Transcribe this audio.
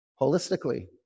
holistically